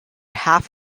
half